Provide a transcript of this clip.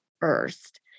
first